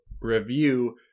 review